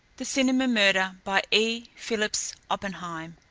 the cinema murder by e. phillips oppenheim